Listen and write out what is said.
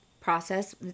process